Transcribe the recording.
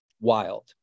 wild